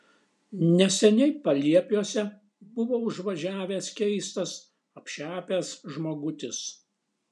neseniai paliepiuose buvo užvažiavęs keistas apšepęs žmogutis